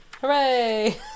Hooray